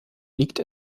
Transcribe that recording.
liegt